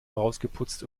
herausgeputzt